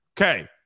Okay